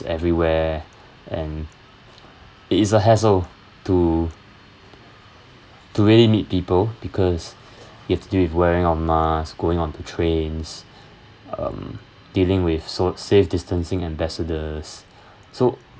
everywhere and it is a hassle to to really meet people because you have to deal with wearing your mask going onto trains um dealing with so safe distancing ambassadors so